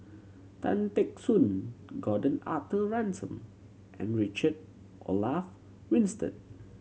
Tan Teck Soon Gordon Arthur Ransome and Richard Olaf Winstedt